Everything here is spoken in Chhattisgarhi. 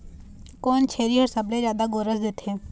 कोन छेरी हर सबले जादा गोरस देथे?